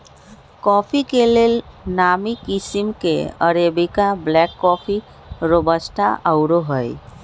coffee के लेल नामी किशिम में अरेबिका, ब्लैक कॉफ़ी, रोबस्टा आउरो हइ